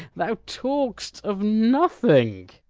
thou talk'st of nothing.